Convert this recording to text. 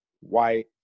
white